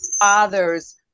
father's